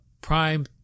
Prime